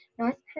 North